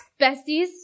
Besties